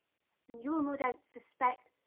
and you will no doubt suspect,